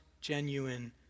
genuine